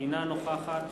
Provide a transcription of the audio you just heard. אינה נוכחת